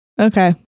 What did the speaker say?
okay